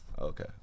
Okay